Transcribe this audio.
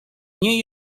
nie